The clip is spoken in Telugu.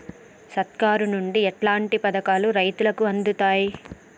సర్కారు నుండి ఎట్లాంటి పథకాలు రైతులకి అందుతయ్?